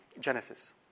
Genesis